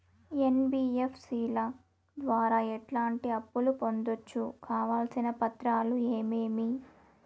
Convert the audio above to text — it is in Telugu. ఎన్.బి.ఎఫ్.సి ల ద్వారా ఎట్లాంటి అప్పులు పొందొచ్చు? కావాల్సిన పత్రాలు ఏమేమి?